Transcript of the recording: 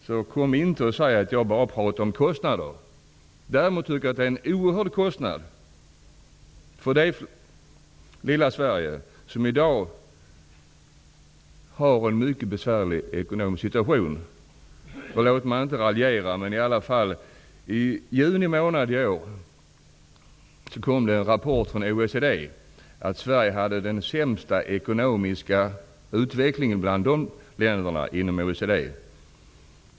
Så kom inte säg att jag bara talar om kostnader. Däremot tycker jag det är en oerhörd kostnad för det lilla Sverige, som i dag har en mycket besvärlig ekonomisk situation. Jag vill inte raljera, men låt mig i alla fall påpeka att i juni månad i år kom en rapport från OECD som sade att Sverige hade den sämsta ekonomiska utvecklingen bland länderna inom OECD.